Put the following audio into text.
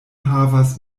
havas